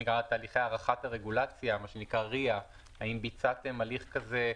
תהליכי הערכת הרגולציה מה שנקרא RIA. האם ביצעתם הליך כזה?